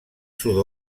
sud